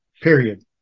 period